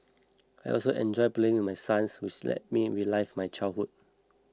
I also enjoy playing with my sons which lets me relive my childhood